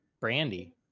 brandy